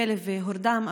הכלב הורדם,